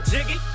Jiggy